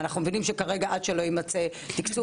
אנחנו מבינים שעד שלא ימצאו תקצוב זה לא